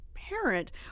Parent